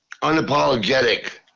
unapologetic